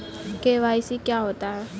KYC क्या होता है?